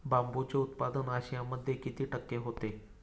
बांबूचे उत्पादन आशियामध्ये किती टक्के होते?